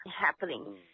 happening